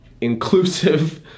inclusive